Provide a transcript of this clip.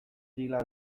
dylan